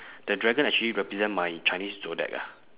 the dragon actually represent my chinese zodiac ah